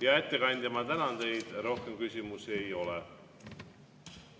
Hea ettekandja, ma tänan teid! Rohkem küsimusi ei ole.